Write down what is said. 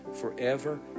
forever